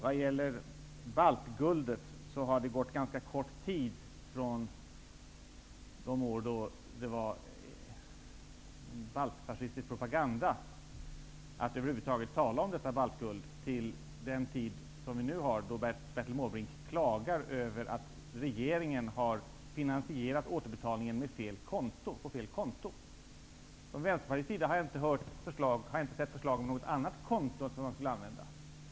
Vad gäller baltguldet har det gått ganska kort tid från de år då det ansågs vara baltfascistisk propaganda att över huvud taget tala om detta baltguld och fram till i dag, när Bertil Måbrink klagar över att regeringen har finansierat återbetalningen på fel konto. Jag har inte sett något förslag från Vänsterpartiet om något annat konto att använda.